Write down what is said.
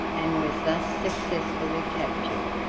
and was thus successfully captured.